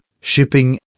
shipping